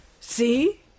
See